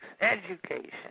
education